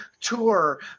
tour